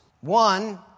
One